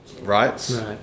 rights